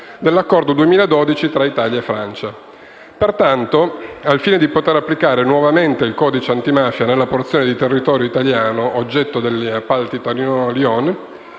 Grazie,